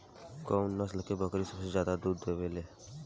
कउन नस्ल के बकरी सबसे ज्यादा दूध देवे लें?